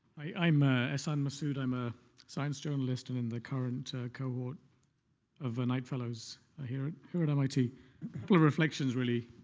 i'm ah assan masoud. i'm a science journalist and in the current cohort of knight fellows ah here at here at mit. a couple of reflections, really,